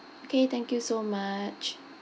okay thank you so much